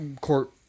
court